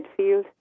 midfield